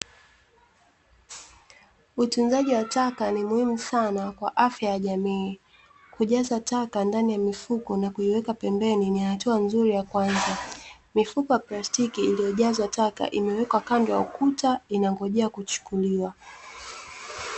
Utunzaji wa taka ni muhimu sana kwa afya ya jamii. Kujaza taka ndani ya mifuko na kuiweka pembeni, ni hatua nzuri ya kwanza. Mifuko ya plastiki iliyojazwa taka imewekwa kando ya ukuta, inangojea kuchukuliwa.